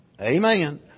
Amen